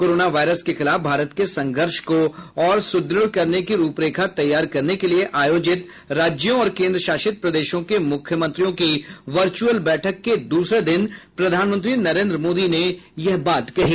corona virus के खिलाफ भारत के संघर्ष को और सुद्रढ़ करने की रूपरेखा तैयार करने के लिए आयोजित राज्यों और केन्द्रशासित प्रदेशों के मुख्यमंत्रियों की वर्चुअल बैठक के दूसरे दिन प्रधानमंत्री नरेन्द्र मोदी ने यह बात कही